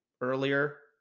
earlier